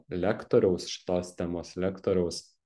lektoriaus šitos temos lektoriaus